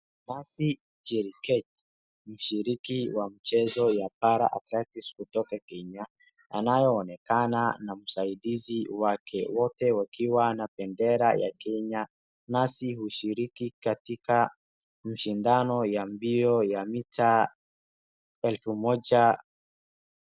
Mercy Cheringet mshiriki wa mchezo ya bara athletics kutoka Kenya. Anayeonekana na msaidizi wake wote wakiwa na bendera ya Kenya. Mercy hushiriki katika mashindano ya mita elfu moja.